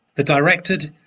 the directed,